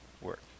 work